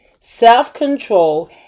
self-control